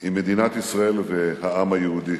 עם מדינת ישראל והעם היהודי.